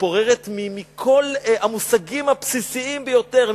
מתפוררת מכל המושגים הבסיסיים ביותר,